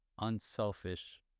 unselfish